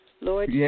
Lord